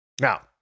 Now